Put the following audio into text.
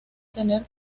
tener